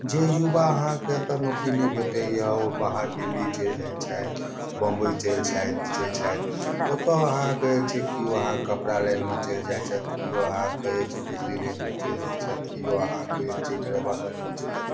जे युवा अहाँके एतऽ नौकरी नहि भेटैया ओ बाहर दिल्ली चलि जाय छथि बम्बई इलि जाय छथि ओतऽ अहाँके जे केओ अहाँके कपड़ा लाइन मे चलि जाइ छथि केओ अहाँके जे छै बिजली लाइन मे चलि जाइ छथि केओ अहाँके जे छै डरेबर लाइन मे चलि जाइ छथि